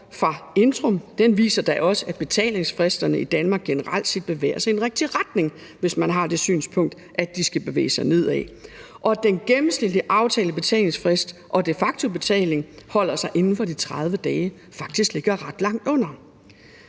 fra Intrum viser da også, at betalingsfristerne i Danmark generelt set bevæger sig i den rigtige retning, hvis vi har det synspunkt, at de skal bevæge sig nedad. Og den gennemsnitlige aftalte betalingsfrist og de facto-betalinger holder sig inden for de 30 dage – ligger faktisk ret langt under.